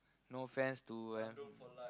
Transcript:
no offence to an